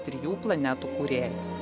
trijų planetų kūrėjas